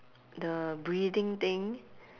the breathing thing